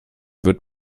wird